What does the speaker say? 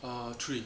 err three